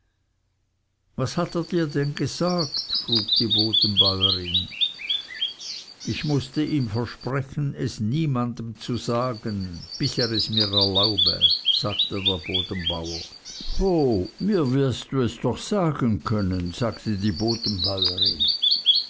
was hat er dir denn gesagt frug die bodenbäurin ich mußte ihm versprechen es niemanden zu sagen bis er es mir erlaube sagte der bodenbauer ho mir doch wirst du es sagen können sagte die